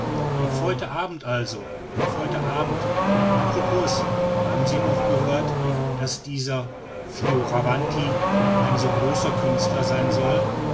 auf heute abend also auf heute abend a propos haben sie auch gehört daß dieser fioravanti ein so großer künstler sein soll